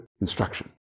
instruction